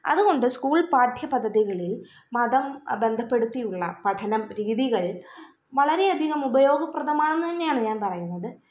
അതുകൊണ്ട് സ്കൂൾ പാഠ്യ പദ്ധതികളിൽ മതം ബന്ധപ്പെടുത്തിയുള്ള പഠനം രീതികളിൽ വളരെയധികം ഉപയോഗപ്രദമാണെന്ന് തന്നെയാണ് ഞാൻ പറയുന്നത്